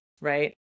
right